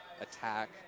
attack